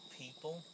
people